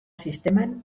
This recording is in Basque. sisteman